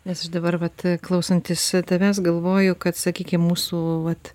nes aš dabar vat klausantis tavęs galvoju kad sakykim mūsų vat